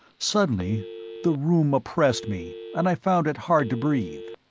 suddenly the room oppressed me and i found it hard to breathe.